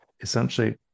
essentially